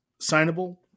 signable